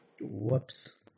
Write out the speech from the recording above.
whoops